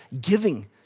giving